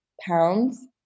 pounds